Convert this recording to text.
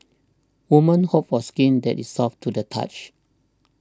women hope for skin that is soft to the touch